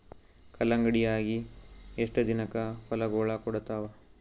ಕಲ್ಲಂಗಡಿ ಅಗಿ ಎಷ್ಟ ದಿನಕ ಫಲಾಗೋಳ ಕೊಡತಾವ?